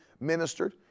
ministered